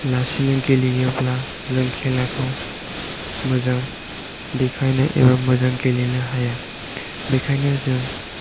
लासैनो गेलेयाब्ला जों खेलाखौ मोजां देखायनाय एबा मोजां गेलेनो हाया बेनिखायनो जों